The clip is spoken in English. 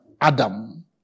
Adam